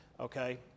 Okay